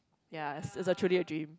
ya it's a truly a dream